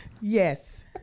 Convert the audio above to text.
Yes